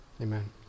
amen